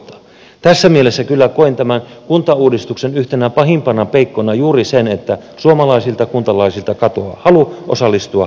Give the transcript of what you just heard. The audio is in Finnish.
tässä mielessä kyllä koen tämän kuntauudistuksen yhdeksi pahimmista peikoista juuri sen että suomalaisilta kuntalaisilta katoaa halu osallistua kunnalliseen päätöksentekoon